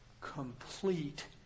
complete